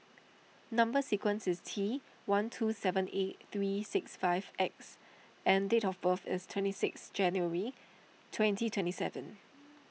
Number Sequence is T one two seven eight three six five X and date of birth is twenty six January twenty twenty seven